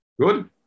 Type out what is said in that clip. Good